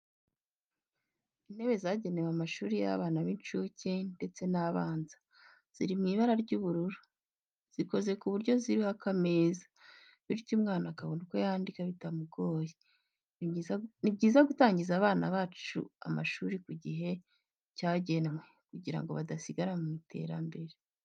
Intebe zagenewe amashuri y'abana b'incuke ndetse n'abanza ziri mu ibara ry'ubururu zikoze ku buryo ziriho akameza, bityo umwana akabona uko yandika bitamugoye. Ni byiza gutangiza abana bacu amashuri ku gihe cyagenwe, kugira ngo badasigara mu iterambere.